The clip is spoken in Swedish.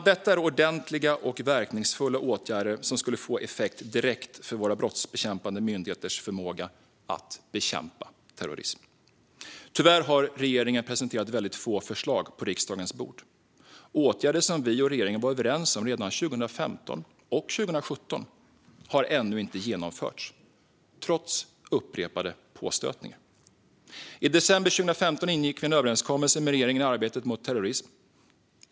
Detta är ordentliga och verkningsfulla åtgärder som skulle få effekt direkt på våra brottsbekämpande myndigheters förmåga att bekämpa terrorism. Tyvärr har regeringen presenterat väldigt få förslag på riksdagens bord. Åtgärder som vi och regeringen var överens om redan 2015 och 2017 har ännu inte vidtagits, trots upprepade påstötningar. I december 2015 ingick vi en överenskommelse med regeringen i arbetet mot terrorism.